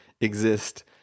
exist